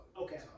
Okay